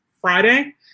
Friday